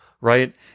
right